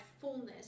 fullness